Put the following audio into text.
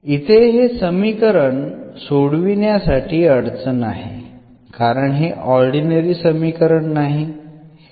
इथे हे समीकरण सोडवण्यासाठी अडचण आहेकारण हे ऑर्डिनरी समीकरण नाही